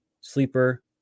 sleeper